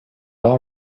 all